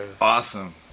awesome